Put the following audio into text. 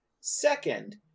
Second